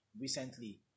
recently